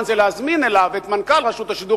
היה להזמין אליו את מנכ"ל רשות השידור,